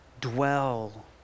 Dwell